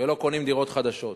ולא קונים דירות חדשות.